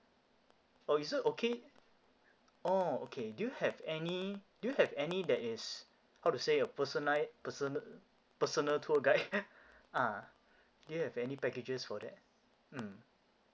or is it okay oh okay do you have any do you have any that is how to say a personi~ personal personal tour guide ah do you have any packages for that mm